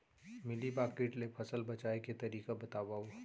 Mealybug किट ले फसल बचाए के तरीका बतावव?